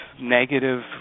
negative